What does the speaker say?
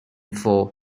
for